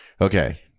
okay